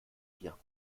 dir